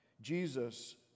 Jesus